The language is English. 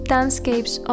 Dancecapes